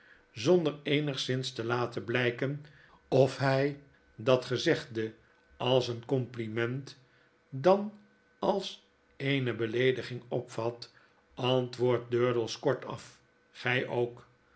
zonder eenigszins te laten blijken of hij dat gezegde als een compliment dan als eene beleediging opvat antwoordt durdels kortaf gij ook